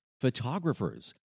photographers